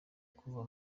kuva